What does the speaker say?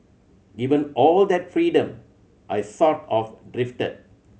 given all that freedom I sort of drifted